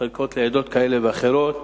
וחלקות לעדות כאלה ואחרות,